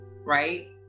right